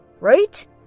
right